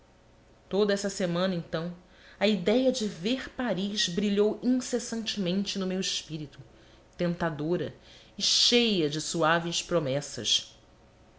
toda essa semana então a idéia de ver paris brilhou incessantemente no meu espírito tentadora e cheia de suaves promessas